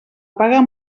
apagar